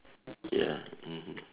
ya mmhmm